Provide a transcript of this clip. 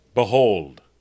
Behold